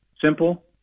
Simple